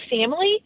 family